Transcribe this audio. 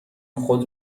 خود